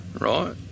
right